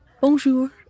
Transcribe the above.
Bonjour